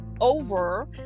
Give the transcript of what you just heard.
over